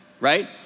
right